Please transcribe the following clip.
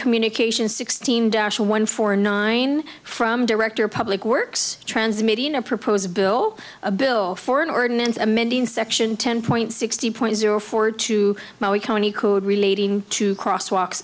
communications sixteen dash one for nine from director of public works transmitting a proposed bill a bill for an ordinance amending section ten point sixty point zero for two mile we county code relating to cross walks